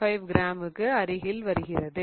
15 கிராமுக்கு அருகில் வருகிறது